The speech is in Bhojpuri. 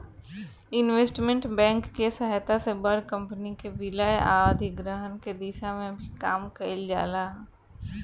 इन्वेस्टमेंट बैंक के सहायता से बड़ कंपनी के विलय आ अधिग्रहण के दिशा में भी काम कईल जाता